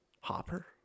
Hopper